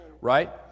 Right